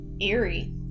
eerie